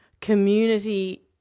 community